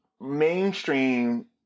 mainstream